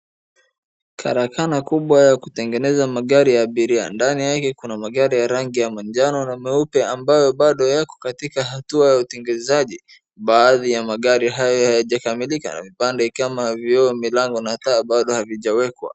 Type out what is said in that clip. Karakana kubwa ya kutengeneza magari, ndani yake kuna magari ya rangi ya manjano na nyeupe ambayo bado yako katika hatua ya utengenezaji, baadi ya magari haya hayajakamilika, vipande kama vioo, milango na taa bado havijawekwa.